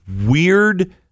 weird